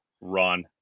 run